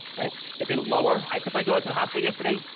right? they've been lower. i took my daughter to the hospital yesterday,